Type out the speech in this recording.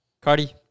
Cardi